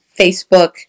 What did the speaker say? Facebook